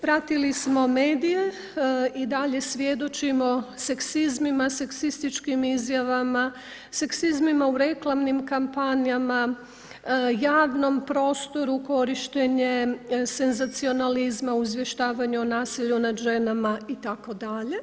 Pratili smo medije i dalje svjedočimo seksizmima, seksističkim izjavama, seksizmima u reklamnim kampanjama, javnom prostoru korištenje senzacionalizma u izvještavanju o nasilju nad ženama itd.